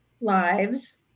lives